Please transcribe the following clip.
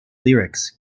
lyrics